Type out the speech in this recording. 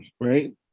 right